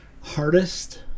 hardest